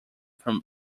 from